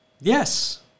Yes